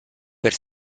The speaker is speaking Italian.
per